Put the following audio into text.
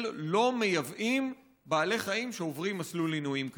לא מייבאים בעלי חיים שעוברים מסלול עינויים כזה.